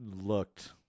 looked